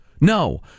No